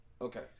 Okay